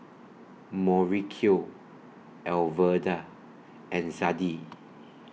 Mauricio Alverda and Zadie